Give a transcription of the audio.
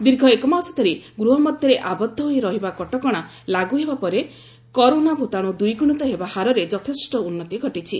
ଦୀର୍ଘ ଏକ ମାସ ଧରି ଗୃହ ମଧ୍ୟରେ ଆବଦ୍ଧ ହୋଇ ରହିବା କଟକଣା ଲାଗୁ ହେବା ପରେ କରୋନା ଭୂତାଣୁ ଦ୍ୱିଗୁଣିତ ହେବା ହାରରେ ଯଥେଷ୍ଟ ଉନ୍ନତି ଘଟିଛି